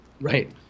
Right